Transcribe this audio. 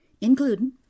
including